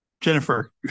Jennifer